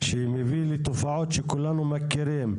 שמביא לתופעות שכולנו מכירים,